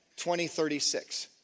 2036